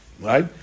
Right